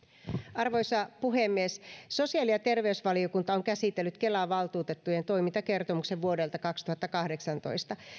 arvoisa puhemies sosiaali ja terveysvaliokunta on käsitellyt kelan valtuutettujen toimintakertomuksen vuodelta kaksituhattakahdeksantoista